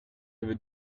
avez